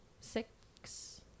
six